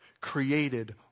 created